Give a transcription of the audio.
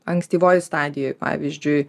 ankstyvoj stadijoj pavyzdžiui